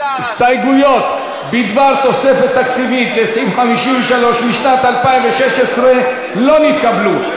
הסתייגויות בדבר תוספת תקציבית לסעיף 53 לשנת 2016 לא נתקבלו.